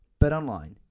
BetOnline